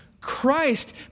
Christ